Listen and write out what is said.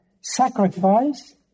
sacrifice